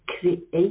create